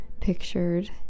pictured